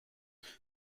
there